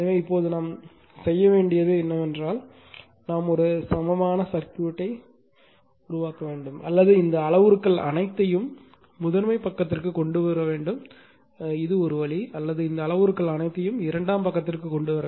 எனவே இப்போது நாம் செய்ய வேண்டியது என்னவென்றால் நாம் ஒரு சமமான சர்க்யூட் செய்ய வேண்டும் அல்லது இந்த அளவுருக்கள் அனைத்தையும் இந்த அளவுருக்கள் முதன்மை பக்கத்திற்கு கொண்டு வருவது இது ஒரு வழி அல்லது இந்த அளவுருக்கள் அனைத்தையும் இரண்டாம் பக்கத்திற்கு கொண்டு வரும்